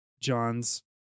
John's